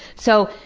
so,